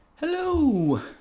Hello